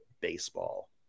Baseball